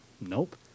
Nope